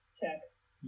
checks